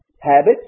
habit